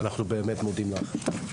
אנחנו באמת מודים לך.